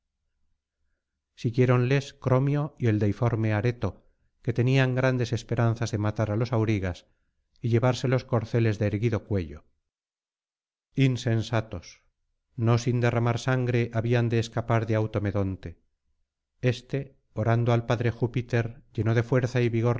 siguiéronles cromio y el deiforme areto que tenían grandes esperanzas de matar á los aurigas y llevarse los corceles de erguido cuello insensatos no sin derramar sangre habían de escapar de automedonte éste orando al padre júpiter llenó de fuerza y vigor